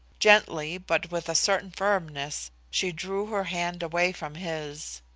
gently, but with a certain firmness, she drew her hand away from his.